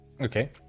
okay